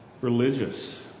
religious